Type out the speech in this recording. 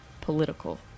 political